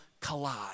collide